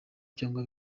cyangwa